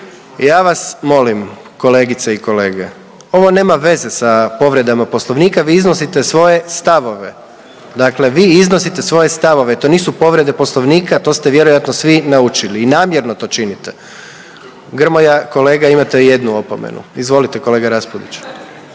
Ja vas molim kolegice i kolege, ovo nema veze sa povredama Poslovnika. Vi iznosite svoje stavove. Dakle, vi iznosite svoje stavove. To nisu povrede Poslovnika, to ste vjerojatno svi naučili i namjerno to činite. Grmoja kolega imate jednu opomenu. Izvolite kolega Raspudić.